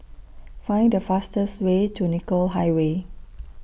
Find The fastest Way to Nicoll Highway